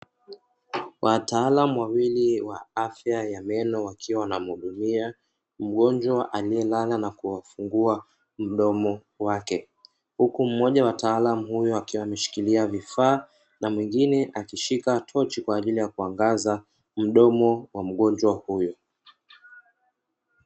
Wataalamu wawili wa afya ya meno wakiwa wanamuhudumia mgonjwa aliyelala na kufungua mdomo wake, huku mmoja wa wataalamu hao akiwa ameshikilia vifaa huku mwingine ameshika tochi kwa ajili ya kuangaza mdomo wa mgonjwa huyo.